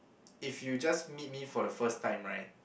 if you just meet me for the first time right